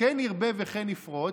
"כן ירבה וכן יפרץ"